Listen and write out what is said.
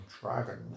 dragon